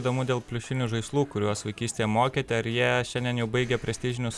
įdomu dėl pliušinių žaislų kuriuos vaikystėje mokėte ar jie šiandien jau baigia prestižinius